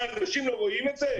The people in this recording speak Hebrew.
מה, אנשים לא רואים את זה?